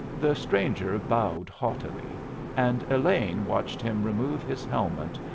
the stranger bowed haughtily and elaine watched him remove his helmet,